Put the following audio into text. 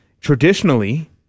traditionally